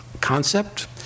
concept